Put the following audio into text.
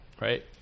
right